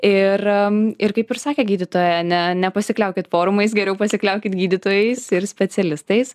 ir ir kaip ir sakė gydytoja ne nepasikliaukit forumais geriau pasikliaukit gydytojais ir specialistais